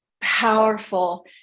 powerful